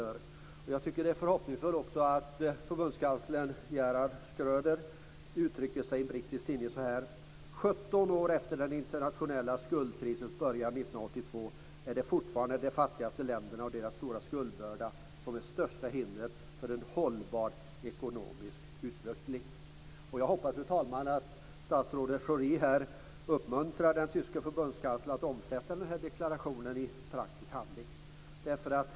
Jag tycker också att det är förhoppningsfullt att förbundskanslern Gerhard Schröder uttrycker sig så här i en brittisk tidning: 17 år efter den internationella skuldkrisens början 1982 är det fortfarande de fattigaste länderna och deras stora skuldbörda som är det största hindret för en hållbar ekonomisk utveckling. Jag hoppas, fru talman, att statsrådet Schori uppmuntrar den tyske förbundskanslern att omsätta den här deklarationen i praktisk handling.